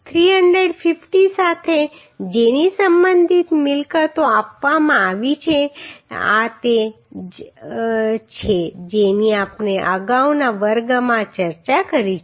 ISMC 350 સાથે જેની સંબંધિત મિલકતો આપવામાં આવી છે આ તે જ છે જેની આપણે અગાઉના વર્ગમાં ચર્ચા કરી છે